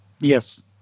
Yes